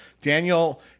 Daniel